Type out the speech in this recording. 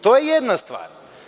To je jedna stvar.